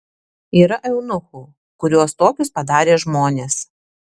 yra eunuchų kuriuos tokius padarė žmonės